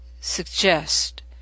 suggest